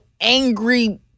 angry